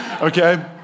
okay